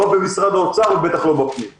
לא במשרד האוצר ובטח לא במשרד הפנים.